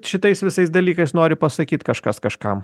šitais visais dalykais nori pasakyt kažkas kažkam